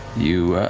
you